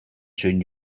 soon